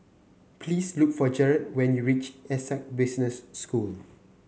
please look for Jared when you reach Essec Business School